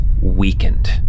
Weakened